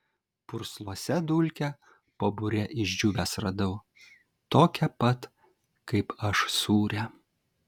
pursluose dulkę po bure išdžiūvęs radau tokią pat kaip aš sūrią